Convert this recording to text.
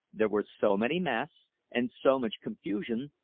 there were so many masts, and so much confusion,